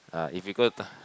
ah if you go Tha~